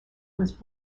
was